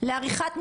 בתארים מסוימים,